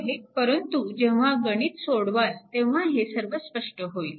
परंतु जेव्हा गणित सोडवाल तेव्हा हे सर्व स्पष्ट होईल